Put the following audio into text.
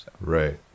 Right